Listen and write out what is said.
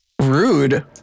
Rude